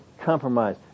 compromise